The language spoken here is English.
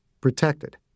protected